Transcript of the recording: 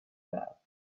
that